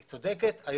היא צודקת,